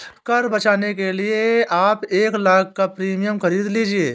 कर बचाने के लिए आप एक लाख़ का प्रीमियम खरीद लीजिए